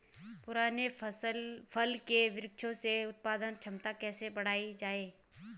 पुराने फल के वृक्षों से उत्पादन क्षमता कैसे बढ़ायी जाए?